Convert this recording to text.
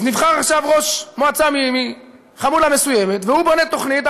אז נבחר עכשיו ראש מועצה מחמולה מסוימת והוא בונה תוכנית.